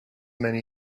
many